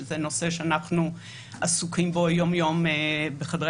שזה נושא שאנחנו עסוקים בו יום-יום בחדרי